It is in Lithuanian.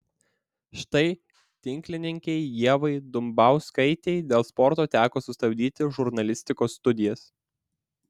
štai tinklininkei ievai dumbauskaitei dėl sporto teko sustabdyti žurnalistikos studijas